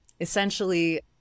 essentially